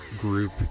group